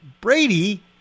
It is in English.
Brady